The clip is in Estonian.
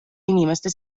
inimeste